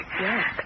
Yes